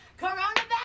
Coronavirus